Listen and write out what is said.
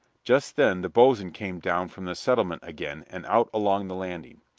just then the boatswain came down from the settlement again, and out along the landing.